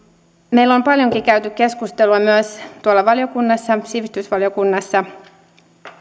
meillä on paljonkin käyty keskustelua myös tuolla valiokunnassa sivistysvaliokunnassa